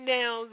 now